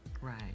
Right